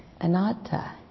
anatta